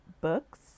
books